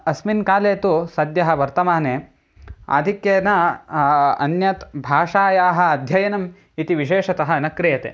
अस्मिन् काले तु सद्यः वर्तमाने आधिक्येन अन्यायाः भाषायाः अध्ययनम् इति विशेषतः न क्रियते